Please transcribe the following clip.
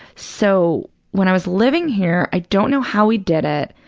so when i was living here, i don't know how we did it,